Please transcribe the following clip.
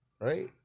Right